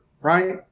right